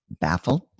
baffled